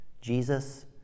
Jesus